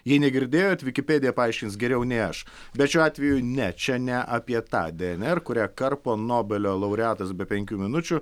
jie negirdėjot vikipedija paaiškins geriau nei aš bet šiuo atveju ne čia ne apie tą dnr kurią karpo nobelio laureatas be penkių minučių